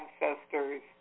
ancestors